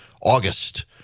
August